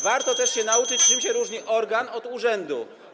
Warto się też nauczyć, czym się różni organ od urzędu.